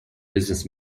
business